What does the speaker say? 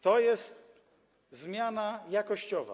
To jest zmiana jakościowa.